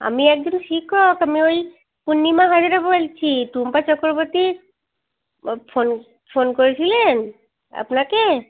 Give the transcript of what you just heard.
আমি একজন শিক্ষক আমি ওই পূর্ণিমা হাজরা বলছি টুম্পা চক্রবর্তীর ফোন ফোন করেছিলেন আপনাকে